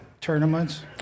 tournaments